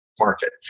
market